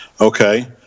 Okay